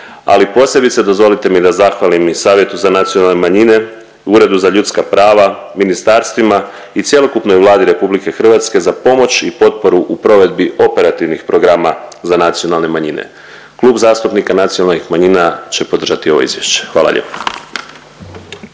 Ali posebice dozvolite mi da zahvalim i Savjetu za nacionalne manjine, Uredu za ljuska prava, ministarstvima i cjelokupnoj Vladi RH za pomoć i potporu u provedbi operativnih programa za nacionalne manjine. Klub zastupnika nacionalnih manjina će podržati ovo izvješće. Hvala lijepo.